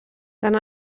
tant